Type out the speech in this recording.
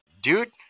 dude